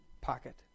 pocket